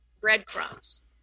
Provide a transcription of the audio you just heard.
breadcrumbs